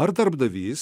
ar darbdavys